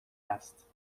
است